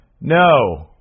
No